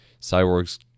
Cyborg's